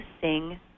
sing